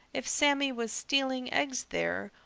if sammy was stealing eggs there,